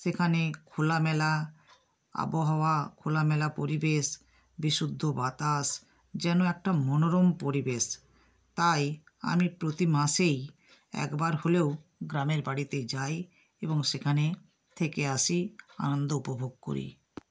সেখানে খোলামেলা আবহাওয়া খোলামেলা পরিবেশ বিশুদ্ধ বাতাস যেন একটা মনোরম পরিবেশ তাই আমি প্রতি মাসেই একবার হলেও গ্রামের বাড়িতে যাই এবং সেখানে থেকে আসি আনন্দ উপভোগ করি